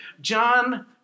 John